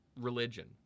religion